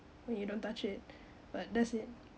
when you don't touch it but that's it